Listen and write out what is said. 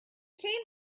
came